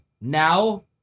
Now